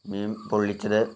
മീൻ പൊള്ളിച്ചത്